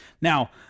Now